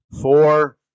Four